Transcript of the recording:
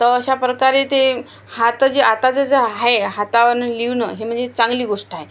तर अशा प्रकारे ते हात जे आताचं जे आहे हातावरनं लिहीणं हे म्हणजे चांगली गोष्ट आहे